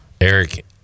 Eric